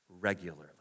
regularly